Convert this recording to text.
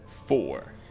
four